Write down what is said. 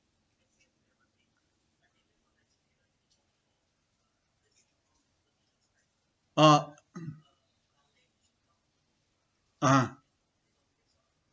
ah (uh huh)